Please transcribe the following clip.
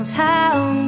town